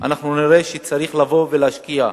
אנחנו נראה שצריך לבוא ולהשקיע.